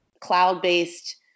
cloud-based